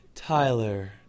Tyler